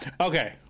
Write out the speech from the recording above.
Okay